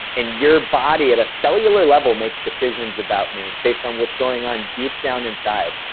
and your body, at a cellular level, makes decisions about me based on what's going on deep down inside.